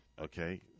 okay